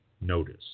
notice